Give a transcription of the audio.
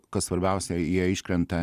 kas svarbiausia jie iškrenta